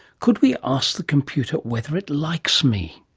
could we ask the computer whether it likes me?